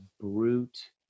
brute